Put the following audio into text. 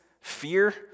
fear